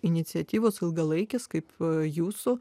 iniciatyvos ilgalaikis kaip jūsų